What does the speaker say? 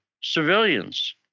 civilians